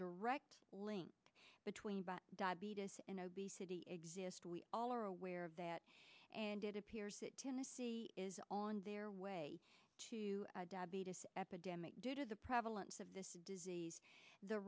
direct link between but diabetes and obesity exist we all are aware of that and it appears that tennessee is on their way to diabetes epidemic due to the prevalence of this disease the